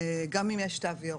גם אם יש תו ירוק.